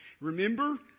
remember